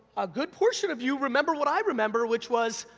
a good portion of you remember what i remember, which was,